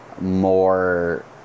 more